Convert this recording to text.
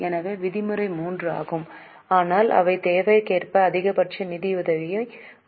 எனவே விதிமுறை 3 ஆகும் ஆனால் அவை தேவைக்கேற்ப அதிகபட்ச நிதியுதவியை குறைக்க முடியும்